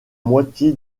moitié